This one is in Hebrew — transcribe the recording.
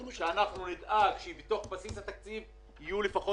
שאנחנו נדאג שבתוך בסיס התקציב יהיו לפחות